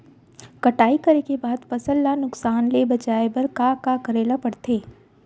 कटाई करे के बाद फसल ल नुकसान ले बचाये बर का का करे ल पड़थे?